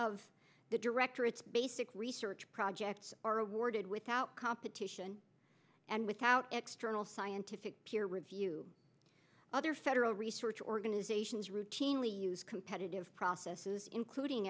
of the directorates basic research projects are awarded without competition and without external scientific peer review other federal research organizations routinely use competitive processes including